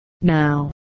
now